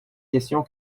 questions